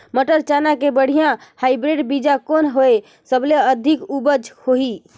मटर, चना के बढ़िया हाईब्रिड बीजा कौन हवय? सबले अधिक उपज होही?